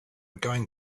going